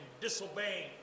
disobeying